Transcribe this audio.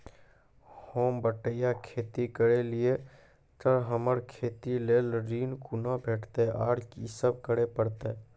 होम बटैया खेती करै छियै तऽ हमरा खेती लेल ऋण कुना भेंटते, आर कि सब करें परतै?